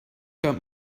about